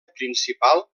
principal